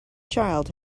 child